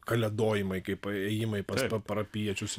kalėdojimai kaip ėjimai pas parapijiečius